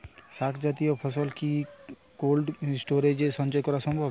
শাক জাতীয় ফসল কি কোল্ড স্টোরেজে সঞ্চয় করা সম্ভব?